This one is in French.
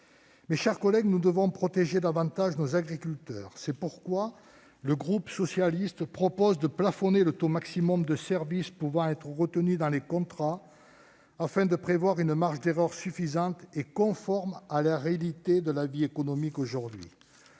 Mes chers collègues, nous devons protéger davantage nos agriculteurs. C'est pourquoi le groupe SER propose de plafonner le taux maximum de service pouvant être retenu dans les contrats afin de prévoir une marge d'erreur suffisante et conforme à la réalité de la vie économique actuelle.